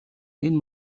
энэ